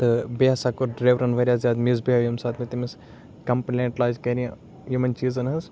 تہٕ بیٚیہِ ہَسا کوٚر ڈریورَن واریاہ زیادٕ مِس بِہیو ییٚمہِ ساتہٕ مےٚ تٔمِس کِمپلینٛٹ لاجہِ کَرنہِ یِمَن چیٖزَن ہٕنٛز